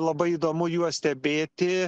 labai įdomu juos stebėti